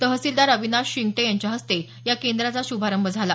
तहसीलदार अविनाश शिंगटे यांच्या हस्ते या केंद्राचा शुभारंभ झाला